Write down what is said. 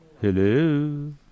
Hello